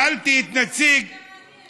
הוא רצה שזה יהיה מעניין.